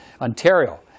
Ontario